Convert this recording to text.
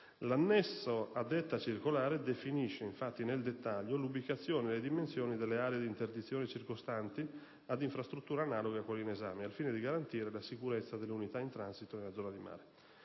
L'annesso a detta circolare definisce, infatti, nel dettaglio, l'ubicazione e le dimensioni delle aree di interdizione circostanti ad infrastrutture analoghe a quella in esame, al fine di garantire la sicurezza delle unità in transito nella zona di mare.